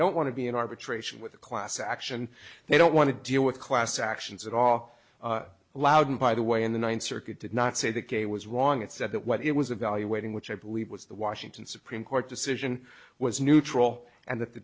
don't want to be in arbitration with a class action they don't want to deal with class actions at all louden by the way in the ninth circuit did not say that gay was wrong it said that what it was evaluating which i believe was the washington supreme court decision was neutral and that the